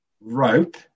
rope